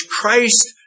Christ